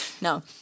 No